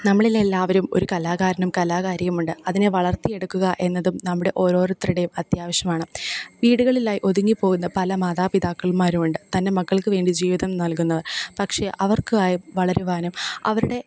നമ്മളില്ലെല്ലാവരും ഒരു കലാകാരനും കലാകാരിയുമുണ്ട് അതിനെ വളർത്തി എടുക്കുക എന്നതും നമ്മുടെ ഓരോരുത്തരുടെയും അത്യാവശ്യമാണ് വീടുകളിലായി ഒതുങ്ങി പോകുന്ന പല മാതാപിതാക്കൾമാരും ഉണ്ട് തൻ്റെ മക്കൾക്കു വേണ്ടി ജീവിതം നൽകുന്നവർ പക്ഷെ അവർക്കായി വളരുവാനും അവരുടെ